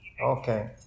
Okay